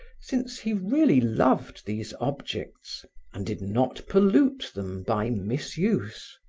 since he really loved these objects and did not pollute them by misuse.